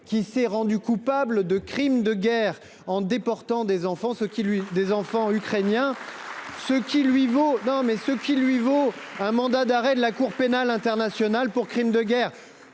qui s’est rendu coupable de crimes de guerre en déportant des enfants ukrainiens,… Eh oui !… ce qui lui vaut un mandat d’arrêt de la Cour pénale internationale. Vous évoquez